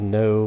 no